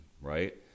Right